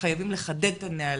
חייבים לחדד את הנהלים.